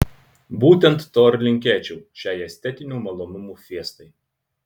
būtent to ir linkėčiau šiai estetinių malonumų fiestai